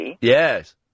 Yes